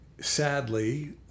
sadly